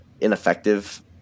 ineffective